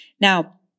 Now